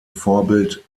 vorbild